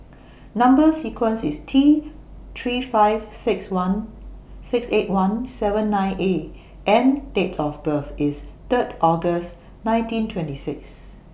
Number sequence IS T three five six one six eight one seven nine A and Date of birth IS Third August nineteen twenty six